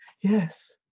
Yes